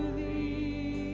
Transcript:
the